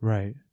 Right